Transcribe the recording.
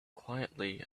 quietly